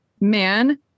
man